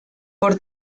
por